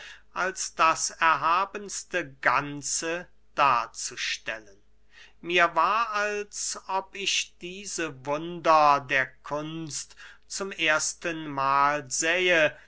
als das erhabenste ganze darzustellen mir war als ob ich diese wunder der kunst zum ersten mahl sähe